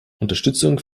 unterstützung